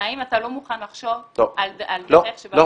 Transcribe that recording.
האם אתה לא מוכן לחשוב על דרך שבה --- לא,